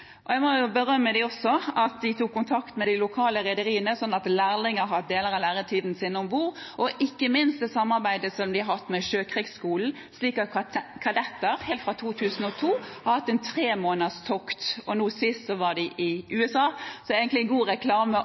Jeg må også berømme dem for at de tok kontakt med de lokale rederiene, slik at lærlinger har hatt deler av læretiden sin om bord, og ikke minst det samarbeidet som de har hatt med Sjøkrigsskolen, slik at kadetter helt fra 2002 har hatt et tremåneders tokt. Nå sist var de i USA, så det er egentlig god reklame